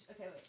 Okay